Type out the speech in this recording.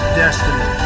destiny